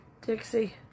Dixie